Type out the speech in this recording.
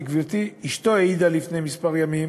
כי, גברתי, אשתו העידה לפני כמה ימים